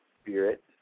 spirit